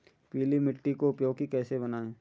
पीली मिट्टी को उपयोगी कैसे बनाएँ?